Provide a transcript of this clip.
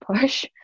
push